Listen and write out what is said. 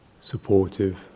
supportive